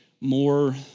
more